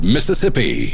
Mississippi